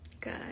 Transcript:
good